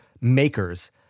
makers